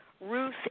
Ruth